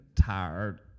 tired